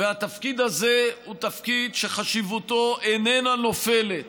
והתפקיד הזה הוא תפקיד שחשיבותו אינה נופלת